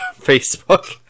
Facebook